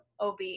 ob